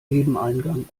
nebeneingang